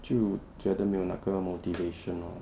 就觉得没有那个 motivation lor